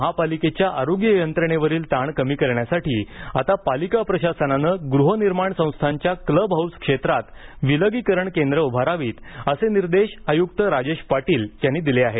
महापालिकेच्या आरोग्य यंत्रणेवरील ताण कमी करण्यासाठी आता पालिका प्रशासनाने गृहनिर्माण संस्थांच्या क्लब हाऊस क्षेत्रात विलागिकरण केंद्र उभारावेत असे निर्देश आयुक्त राजेश पाटील यांनी दिले आहेत